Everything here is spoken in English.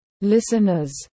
Listeners